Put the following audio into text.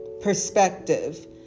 perspective